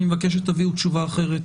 אני מבקש שתביאו תשובה אחרת